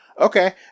Okay